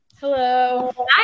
Hello